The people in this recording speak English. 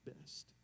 best